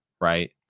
right